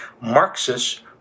Marxists